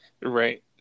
Right